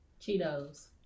Cheetos